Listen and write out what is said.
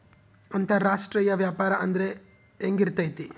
ಅಂತರಾಷ್ಟ್ರೇಯ ವ್ಯಾಪಾರ ಅಂದ್ರೆ ಹೆಂಗಿರ್ತೈತಿ?